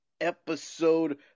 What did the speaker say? episode